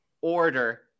order